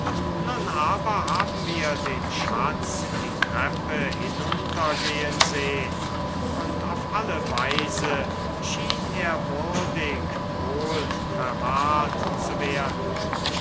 nun aber haben wir den schatz die treppe hinuntergehen sehn und auf alle weise schien er würdig wohl verwahrt zu werden